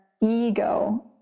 ego